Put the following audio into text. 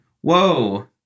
Whoa